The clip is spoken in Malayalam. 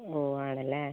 ഓ ആണല്ലേ